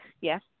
Yes